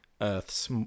Earth's